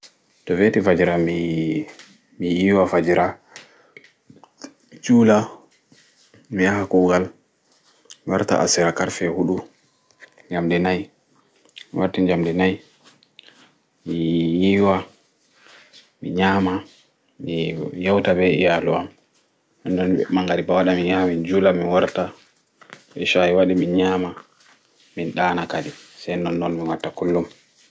To weti fajira mi yiwa fajira mi jula mi yaha kuugal mi warta asira karfe huɗu njamɗi nai tomi warti njamɗi nai mi yiwa mi nyama mi yauta ɓe iyalu am to mangariɓa waɗi mi jula to isha'I waɗi mi jula mi nyama nɗen se mi ɗana